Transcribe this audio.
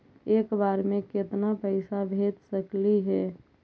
एक बार मे केतना पैसा भेज सकली हे?